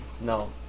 No